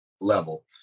level